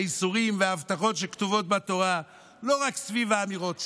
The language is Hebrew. האיסורים וההבטחות שכתובות בתורה לא רק סביב האמירות שלי,